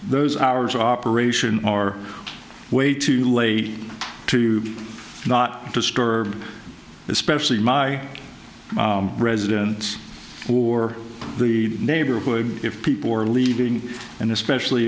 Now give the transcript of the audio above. those hours of operation are way too late to not disturb especially my residence or the neighborhood if people are leaving and especially